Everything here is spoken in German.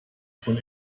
von